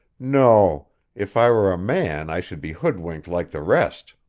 no if i were a man i should be hoodwinked like the rest.